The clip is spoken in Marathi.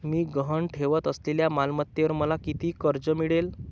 मी गहाण ठेवत असलेल्या मालमत्तेवर मला किती कर्ज मिळेल?